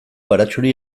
baratxuri